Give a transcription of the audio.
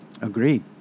Agreed